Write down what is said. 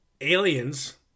Aliens